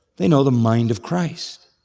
they know the mind of christ